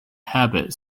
habit